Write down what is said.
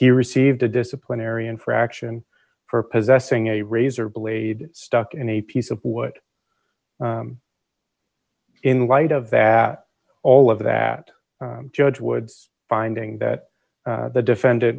he received a disciplinary infraction for possessing a razor blade stuck in a piece of wood in light of that all of that judge woods finding that the defendant